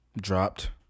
dropped